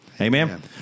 Amen